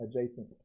Adjacent